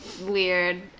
weird